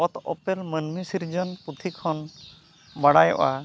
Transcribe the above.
ᱚᱛ ᱚᱯᱮᱞ ᱢᱟᱹᱱᱢᱤ ᱥᱤᱨᱡᱚᱱ ᱯᱩᱛᱷᱤ ᱠᱷᱚᱱ ᱵᱟᱰᱟᱭᱚᱜᱼᱟ